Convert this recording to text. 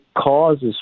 causes